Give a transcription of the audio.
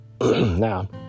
Now